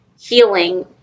healing